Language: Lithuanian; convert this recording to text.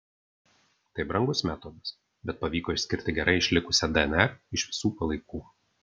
tai brangus metodas bet pavyko išskirti gerai išlikusią dnr iš visų palaikų